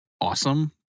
awesome